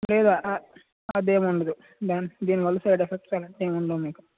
లేదు అ అదేం ఉండదు ద దీనివల్ల సైడ్ ఎఫెక్ట్స్ అలాంటివేం ఉండవు మీకు